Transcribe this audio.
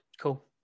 cool